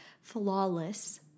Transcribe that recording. flawless